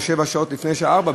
או שבע שעות לפני השעה 16:00,